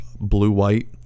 blue-white